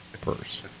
purse